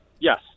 Yes